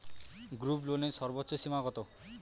গ্রুপলোনের সর্বোচ্চ সীমা কত?